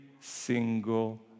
single